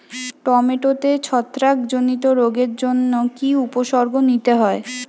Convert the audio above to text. টমেটোতে ছত্রাক জনিত রোগের জন্য কি উপসর্গ নিতে হয়?